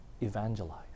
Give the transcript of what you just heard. evangelize